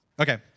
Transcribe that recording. Okay